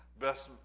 best